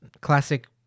classic